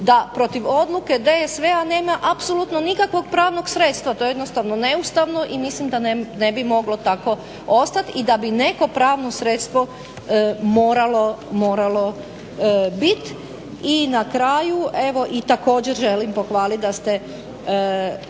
da protiv odluke DSV nema apsolutno nikakvog pravnog sredstva, to je jednostavno neustavno i mislim da ne bi moglo tako ostati i da bi neko pravno sredstvo moralo bit. I na kraju također želim pohvalit da ste